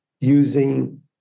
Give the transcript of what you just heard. using